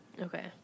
Okay